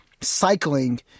cycling